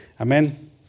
Amen